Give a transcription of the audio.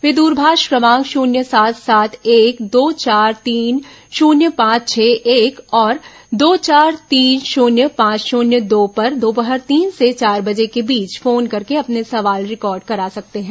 वे द्रभाष क्रमांक शुन्य सात सात एक दो चार तीन शुन्य पांच छह एक और दो चार तीन शन्य पांच शन्य दो पर दोपहर तीन से चार बजे के बीच फोन करके अपने सवाल रिकॉर्ड करा सकते हैं